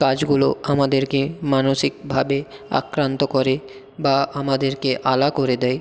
কাজগুলো আমাদেরকে মানুষিকভাবে আক্রান্ত করে বা আমাদেরকে আলা করে দেয়